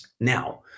Now